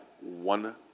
one